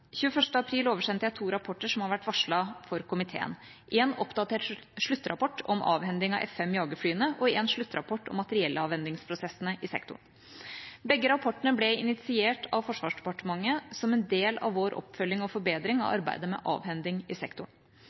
april oversendte jeg to rapporter som har vært varslet for komiteen, en oppdatert sluttrapport om avhending av F-5-jagerflyene og en sluttrapport om materiellavhendingsprosessene i sektoren. Begge rapportene ble initiert av Forsvarsdepartementet som en del av vår oppfølging og forbedring av arbeidet med avhending i sektoren.